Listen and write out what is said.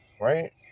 right